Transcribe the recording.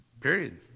Period